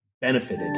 benefited